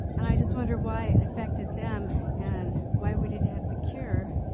and i just wondered why it affected them and why we didn't have the cure,